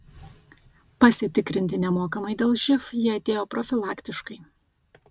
pasitikrinti nemokamai dėl živ jie atėjo profilaktiškai